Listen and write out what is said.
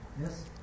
Yes